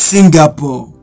Singapore